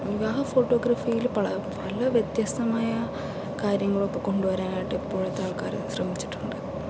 വിവാഹ ഫോട്ടോഗ്രാഫിയിൽ പല വ്യത്യസ്ഥമായ കാര്യങ്ങളൊക്കെ കൊണ്ടു വരാനായിട്ട് ഇപ്പോഴത്തെ ആൾക്കാർ ശ്രമിച്ചിട്ടുണ്ട്